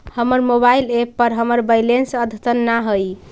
हमर mobile app पर हमर बैलेंस अद्यतन ना हई